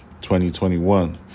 2021